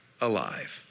alive